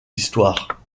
histoires